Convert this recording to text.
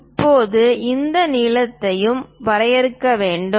இப்போது இந்த நீளத்தையும் வரையறுக்க வேண்டும்